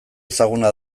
ezaguna